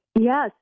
Yes